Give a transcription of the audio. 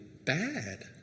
bad